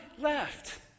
left